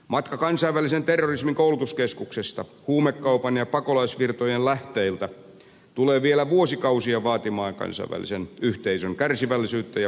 matka kansainvälisen terrorismin koulutuskeskuksesta huumekaupan ja pakolaisvirtojen lähteiltä tulee vielä vuosikausia vaatimaan kansainvälisen yhteisön kärsivällisyyttä ja ponnisteluja